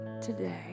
today